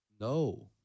No